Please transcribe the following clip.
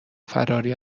فراری